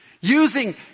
using